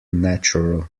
natural